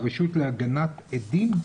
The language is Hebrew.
"רשות להגנת עדים"?